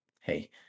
Hey